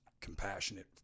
compassionate